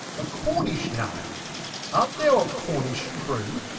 a cornish name art thou of cornish crew?